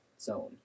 zone